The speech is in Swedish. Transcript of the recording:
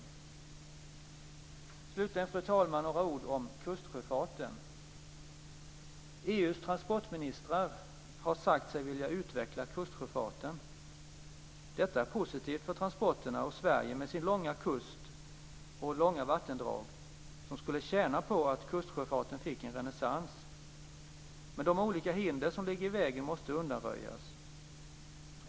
Slutligen, fru talman, några ord om kustsjöfarten. EU:s transportministrar har sagt sig vilja utveckla kustsjöfarten. Detta är positivt för transporterna, och Sverige med sin långa kust och långa vattendrag skulle tjäna på att kustsjöfarten fick en renässans. De olika hinder som ligger i vägen måste undanröjas.